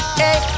hey